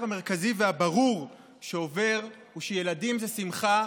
המרכזי והברור שעובר הוא שילדים זה שמחה,